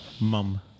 Mum